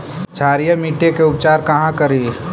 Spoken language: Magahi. क्षारीय मिट्टी के उपचार कहा करी?